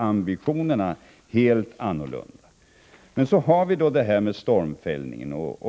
Ambitionerna är helt annorlunda. Så till stormfällningen.